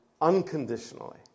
unconditionally